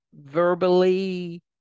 verbally